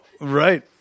Right